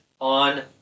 on